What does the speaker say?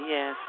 Yes